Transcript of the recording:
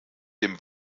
dem